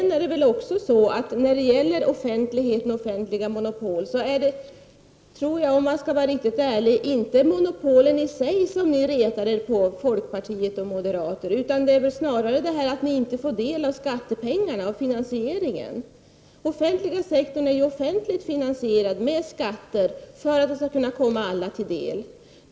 När det gäller offentligheten och offentliga monopol tror jag, om jag skall vara riktigt ärlig, att det inte är monopolen i sig som ni retar er på, folkpartister och moderater, utan snarare det förhållandet att ni inte får del av skattepengarna, av finansieringen. Den offentliga sektorn är ju offentligt finansierad med skatter för att resurserna skall kunna komma alla till del.